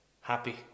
happy